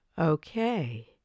Okay